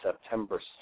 September